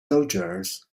soldiers